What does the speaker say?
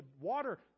water